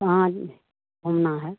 वहाँ घूमना है